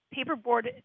Paperboard